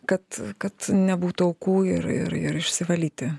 kad kad nebūtų aukų ir ir ir išsivalyti